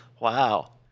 Wow